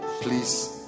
please